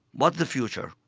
what the future?